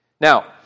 Now